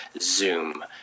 Zoom